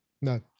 No